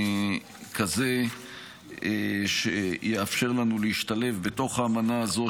כזה שיאפשר לנו להשתלב בתוך האמנה הזו,